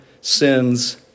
sins